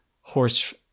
horse